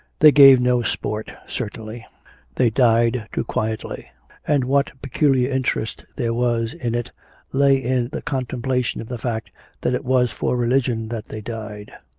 they gave no sport, certainly they died too quietly and what peculiar interest there was in it lay in the contemplation of the fact that it was for religion that they died.